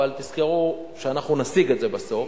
אבל תזכרו שאנחנו נשיג את זה בסוף,